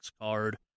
card